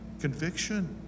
conviction